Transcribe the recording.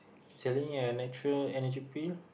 selling a natural energy pill